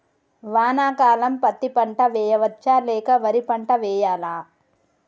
వానాకాలం పత్తి పంట వేయవచ్చ లేక వరి పంట వేయాలా?